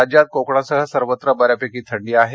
राज्यात कोकणासह सर्वत्र बऱ्यापैकी थंडी आहे